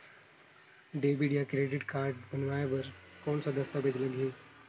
Debit या credit card बनवाय बर कौन का दस्तावेज लगही?